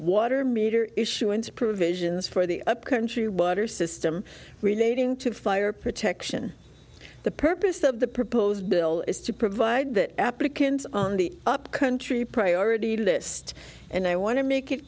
water meter issuance provisions for the upcountry water system relating to fire protection the purpose of the proposed bill is to provide that applicants on the upcountry priority to this and i want to make it